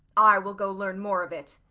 i will go learn more of it.